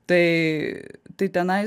tai tai tenais